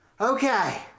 okay